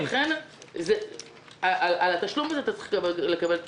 על התשלום הזה צריך לקבל תמורה.